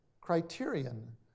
criterion